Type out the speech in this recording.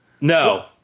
No